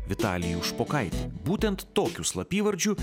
vitalijų špokaitį būtent tokiu slapyvardžiu